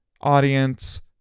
audience